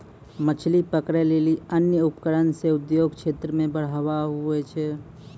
मछली पकड़ै लेली अन्य उपकरण से उद्योग क्षेत्र मे बढ़ावा हुवै छै